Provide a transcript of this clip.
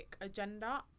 agenda